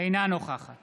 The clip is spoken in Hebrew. אינה נוכחת